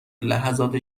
لحظات